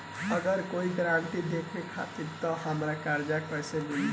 अगर कोई गारंटी देनदार नईखे त हमरा कर्जा कैसे मिली?